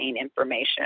information